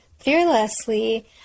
fearlessly